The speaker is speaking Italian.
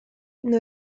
non